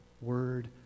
word